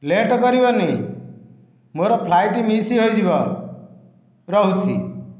late କରିବନି ମୋର flight miss ହୋଇଯିବ ରହୁଛି